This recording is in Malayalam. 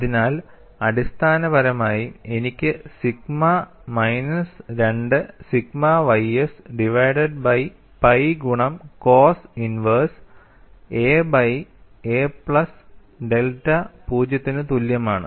അതിനാൽ അടിസ്ഥാനപരമായി എനിക്ക് sigma minus 2 sigma ys divided by pi ഗുണം cos inverse a by a plus delta പൂജ്യത്തിന് തുല്യമാണ്